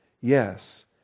yes